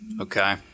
Okay